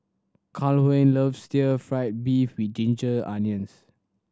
Calhoun loves still fried beef with ginger onions